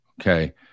Okay